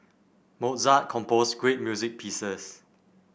Mozart composed great music pieces